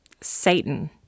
satan